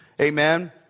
Amen